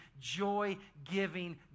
joy-giving